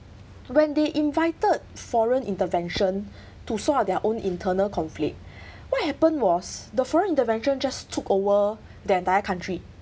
when they invited foreign intervention to sort out their own internal conflict what happened was the foreign intervention just took over the entire country